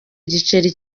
giceri